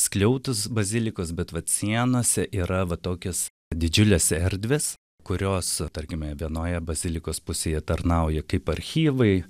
skliautus bazilikos bet vat sienose yra va tokios didžiulės erdvės kurios tarkime vienoje bazilikos pusėje tarnauja kaip archyvai